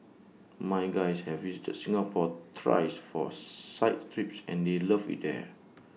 my guys have visited Singapore thrice for site trips and they loved IT here